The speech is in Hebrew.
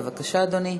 בבקשה, אדוני.